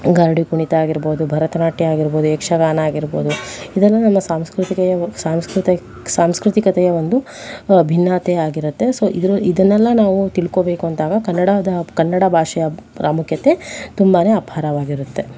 ಗಾರುಡಿ ಕುಣಿತ ಆಗಿರ್ಬೋದು ಭರತನಾಟ್ಯ ಆಗಿರ್ಬೋದು ಯಕ್ಷಗಾನ ಆಗಿರ್ಬೋದು ಇದೆಲ್ಲ ನಮ್ಮ ಸಾಂಸ್ಕೃತಿಕೆಯೇ ಸಾಂಸ್ಕೃತಿ ಸಾಂಸ್ಕೃತಿಕತೆಯ ಒಂದು ಭಿನ್ನತೆ ಆಗಿರತ್ತೆ ಸೊ ಇದನ್ನೆಲ್ಲ ನಾವು ತಿಳ್ಕೋಬೇಕು ಅಂದಾಗ ಕನ್ನಡದ ಕನ್ನಡ ಭಾಷೆಯ ಪ್ರಾಮುಖ್ಯತೆ ತುಂಬನೇ ಅಪಾರವಾಗಿರುತ್ತೆ